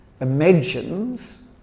imagines